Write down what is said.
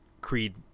Creed